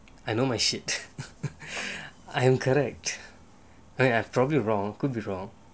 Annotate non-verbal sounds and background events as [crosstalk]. I know my shit [laughs] I am correct I'm probably wrong could be wrong